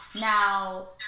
Now